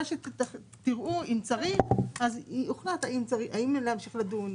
שתראו אם צריך אז יוחלט האם להמשיך לדון,